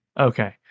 Okay